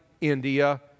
India